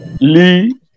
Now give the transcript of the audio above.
Lee